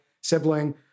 sibling